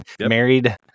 married